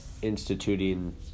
instituting